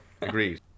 agreed